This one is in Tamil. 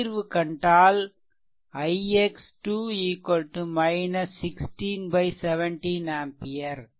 தீர்வு கண்டால் ix " 16 17 ஆம்பியர்